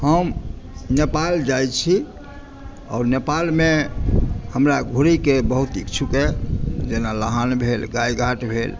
हम नेपाल जाइत छी आओर नेपालमे हमरा घुमयके बहुत इच्छुक छी जेना लहान भेल गाय घाट भेल